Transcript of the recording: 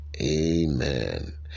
Amen